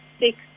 six